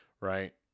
right